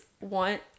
Want